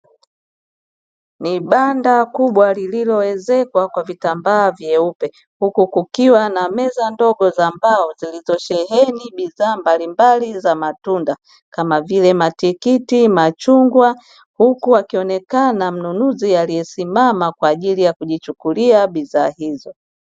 Ni banda kubwa lililoezekwa kwa vitambaa vyeupe, huku kukiwa na meza ndogo za mbao zilizosheheni bidhaa mbalimbali za matunda kama vile: matikiti, machungwa; huku akionekana mnunuzi aliyesimama kwa ajili ya kujichukulia bidhaa hizo.